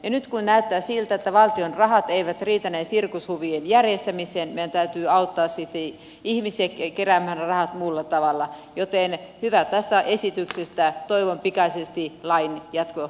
nyt kun näyttää siltä että valtion rahat eivät riitä näiden sirkushuvien järjestämiseen meidän täytyy auttaa ihmisiä keräämään ne rahat muulla tavalla joten hyvä tästä esityksestä toivon pikaisesti lain jatko ja